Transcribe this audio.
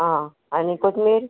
आं आनी कोथमीर